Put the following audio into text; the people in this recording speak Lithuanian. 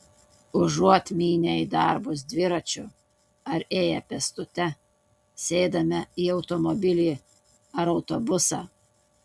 užuot mynę į darbus dviračiu ar ėję pėstute sėdame į automobilį ar autobusą